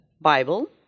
Bible